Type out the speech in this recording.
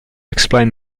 explain